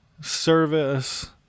service